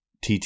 TT